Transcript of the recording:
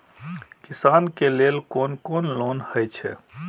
किसान के लेल कोन कोन लोन हे छे?